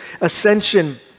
ascension